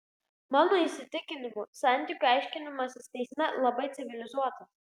mano įsitikinimu santykių aiškinimasis teisme labai civilizuotas